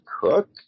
Cook